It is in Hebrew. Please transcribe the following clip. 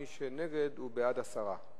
מי שנגד, הוא בעד הסרה.